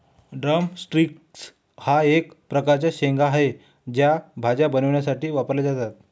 drum sticks हा एक प्रकारचा शेंगा आहे, त्या भाज्या बनवण्यासाठी वापरल्या जातात